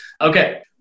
Okay